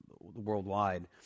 worldwide